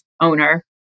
owner